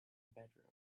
bedroom